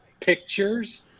Pictures